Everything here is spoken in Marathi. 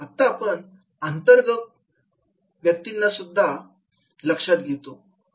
आता आपण अंतर्गत ग्राहकही लक्षात घेतो